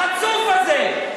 החצוף הזה.